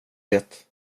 det